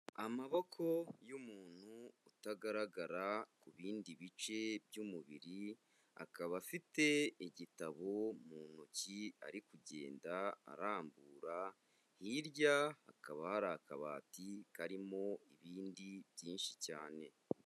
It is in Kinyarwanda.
Amaboko y'umuntu utagaragara ku bindi bice by'umubiri, akaba afite igitabo mu ntoki, ari kugenda arambura, hirya hakaba hari akabati karimo ibindi byinshi cyane.